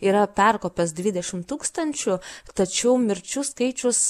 yra perkopęs dvidešimt tūkstančių tačiau mirčių skaičius